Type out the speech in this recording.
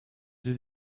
deux